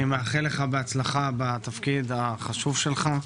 אני מאחל לך בהצלחה בתפקיד החשוב שלך.